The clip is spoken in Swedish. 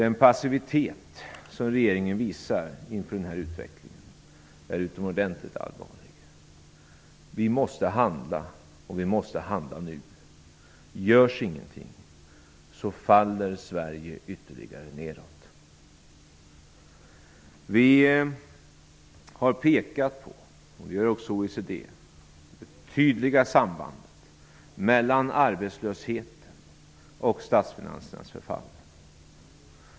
Den passivitet som regeringen visar inför utvecklingen är utomordentligt allvarlig. Vi måste handla, och vi måste göra det nu. Om ingenting görs faller Sverige ytterligare neråt. Vi har pekat på det tydliga sambandet mellan arbetslösheten och statsfinansernas förfall -- det gör också OECD.